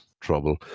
trouble